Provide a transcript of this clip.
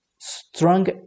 strong